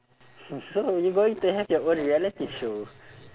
so you going to have your own reality show